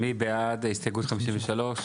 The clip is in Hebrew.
מי בעד הסתייגות 53?